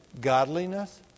godliness